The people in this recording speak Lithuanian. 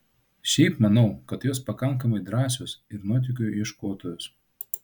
šiaip manau kad jos pakankamai drąsios ir nuotykių ieškotojos